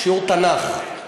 שיעור תנ"ך.